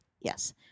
Yes